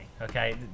Okay